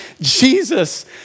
Jesus